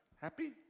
happy